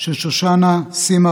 מאה אחוז.